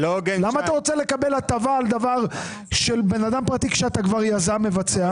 למה אתה רוצה לקבל הטבה על דבר של בן אדם פרטי כשאתה כבר יזם מבצע?